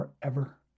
forever